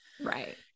Right